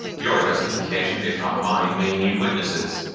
your justification if not mine may need witnesses.